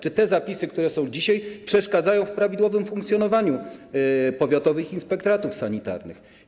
Czy te zapisy, które są dzisiaj, przeszkadzają w prawidłowym funkcjonowaniu powiatowych inspektoratów sanitarnych?